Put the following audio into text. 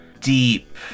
deep